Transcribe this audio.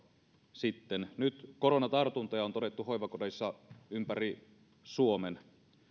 sitten nyt koronatartuntoja on todettu hoivakodeissa ympäri suomen